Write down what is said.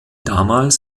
damals